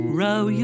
row